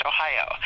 Ohio